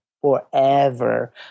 forever